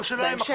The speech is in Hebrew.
בהמשך.